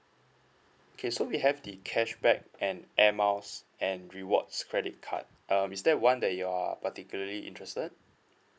okay so we have the cashback and air miles and rewards credit card um is there one that you are particularly interested